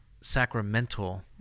sacramental